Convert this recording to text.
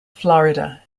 florida